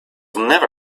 never